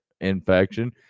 infection